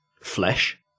flesh